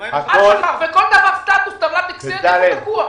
כולם הסכימו שצריך חוות דעת של הלשכה המשפטית של משרד החינוך.